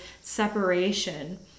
separation